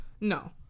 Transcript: No